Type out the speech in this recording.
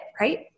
right